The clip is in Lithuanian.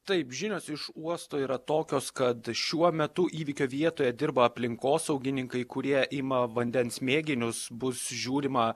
taip žinios iš uosto yra tokios kad šiuo metu įvykio vietoje dirba aplinkosaugininkai kurie ima vandens mėginius bus žiūrima